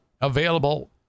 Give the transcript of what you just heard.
available